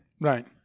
right